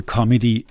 Comedy